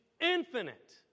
infinite